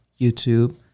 YouTube